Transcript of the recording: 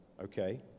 Okay